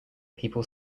people